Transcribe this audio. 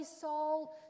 soul